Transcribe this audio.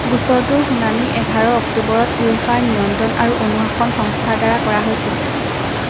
গোচৰটোৰ শুনানি এঘাৰ অক্টোবৰত উৱেফাৰ নিয়ন্ত্ৰণ আৰু অনুশাসন সংস্থাৰ দ্বাৰা কৰা হৈছিল